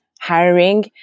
hiring